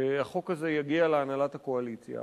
שהחוק הזה יגיע להנהלת הקואליציה,